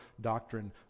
doctrine